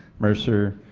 mercer,